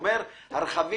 אנחנו הרי לא רוצים